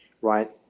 right